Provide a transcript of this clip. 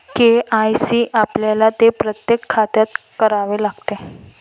KYC आपल्याला ते प्रत्येक खात्यात करावे लागते